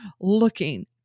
looking